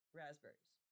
raspberries